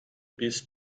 bist